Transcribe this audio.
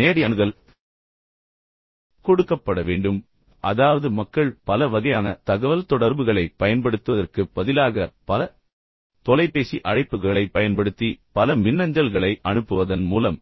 நேரடி அணுகல் கொடுக்கப்பட வேண்டும் அதாவது மக்கள் பல வகையான தகவல்தொடர்புகளைப் பயன்படுத்துவதற்குப் பதிலாக பல தொலைபேசி அழைப்புகளைப் பயன்படுத்தி பல மின்னஞ்சல்களை அனுப்புவதன் மூலம்